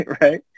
Right